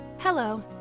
Hello